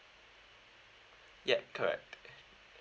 yup correct